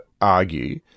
argue